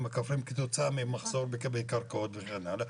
הכפריים כתוצאה ממחסור בקרקעות וכן הלאה,